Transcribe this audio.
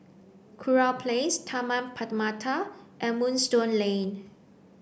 Kurau Place Taman Permata and Moonstone Lane